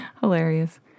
Hilarious